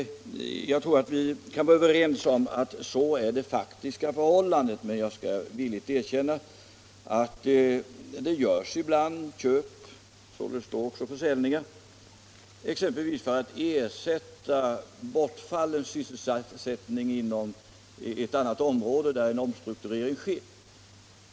Jag tror att vi kan vara överens om att det faktiska förhållandet är så, men jag skall villigt erkänna att det ibland görs köp —- som det står: för försäljningar — exempelvis för att ersätta bortfallen sysselsättning inom ett annat område där en omstrukturering sker.